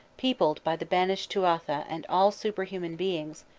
peopled by the banished tuatha and all superhuman beings,